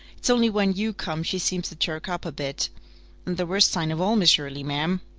it's only when you come she seems to chirk up a bit. and the worst sign of all, miss shirley, ma'am.